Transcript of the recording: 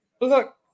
Look